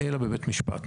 אלא בבית משפט.